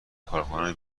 کارکنان